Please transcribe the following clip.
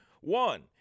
One